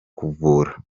kuvura